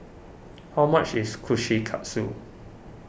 how much is Kushikatsu